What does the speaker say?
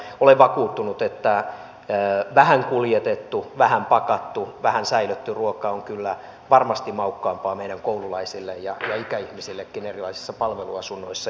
olen vakuuttunut että vähän kuljetettu vähän pakattu vähän säilötty ruoka on kyllä varmasti maukkaampaa meidän koululaisille ja ikäihmisillekin erilaisissa palveluasunnoissa